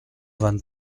vingt